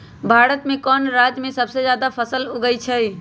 भारत में कौन राज में सबसे जादा फसल उगई छई?